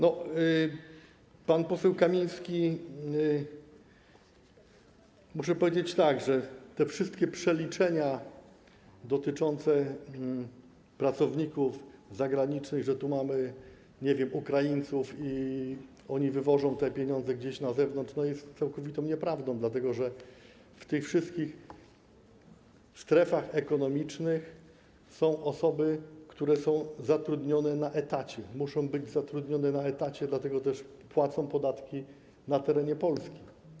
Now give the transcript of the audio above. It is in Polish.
Co do pytania pana posła Kamińskiego, to muszę powiedzieć tak, że te wszystkie przeliczenia dotyczące pracowników zagranicznych, że mamy tu, nie wiem, Ukraińców, którzy wywożą pieniądze gdzieś na zewnątrz, są całkowitą nieprawdą, dlatego że w tych wszystkich strefach ekonomicznych są osoby, które są zatrudnione na etacie, muszą być zatrudnione na etacie, w związku z czym płacą podatki na terenie Polski.